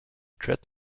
threat